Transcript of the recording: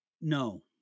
no